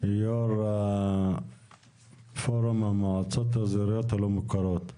יו"ר פורום המועצות האזוריות הלא מוכרות.